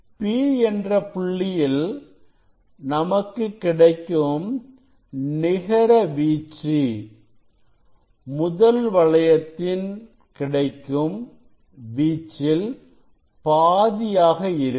P என்ற புள்ளியில் நமக்கு கிடைக்கும் நிகர வீச்சு முதல் வளையத்தின் கிடைக்கும் வீச்சில் பாதியாக இருக்கும்